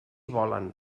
volen